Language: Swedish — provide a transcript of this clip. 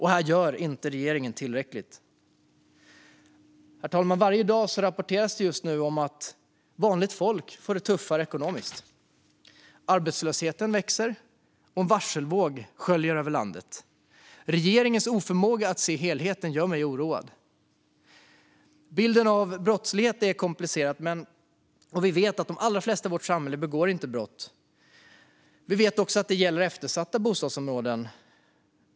Här gör regeringen inte tillräckligt. Herr talman! Varje dag rapporteras det att vanligt folk får det tuffare ekonomiskt. Arbetslösheten växer, och en varselvåg sköljer över landet. Regeringens oförmåga att se helheten gör mig oroad. Bilden av brottsligheten är komplicerad, och vi vet att de allra flesta i vårt samhälle inte begår brott. Vi vet också att detta gäller eftersatta bostadsområden.